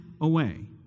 away